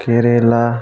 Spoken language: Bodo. केरेला